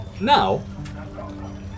now